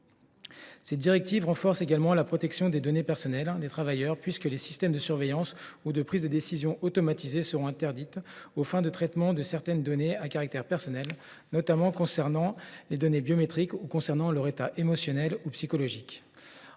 Cette directive renforce également la protection des données personnelles des travailleurs, puisque les systèmes de surveillance ou de prise de décision automatisés seront interdits aux fins de traitement de certaines données à caractère personnel, notamment les données biométriques ou celles qui concernent l’état émotionnel ou psychologique